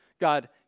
God